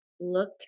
Look